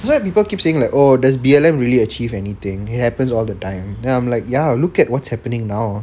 you know like people keep saying that oh does B_L_M really achieve anything it happens all the time then I'm like ya look at what's happening now